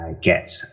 get